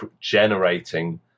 generating